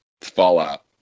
Fallout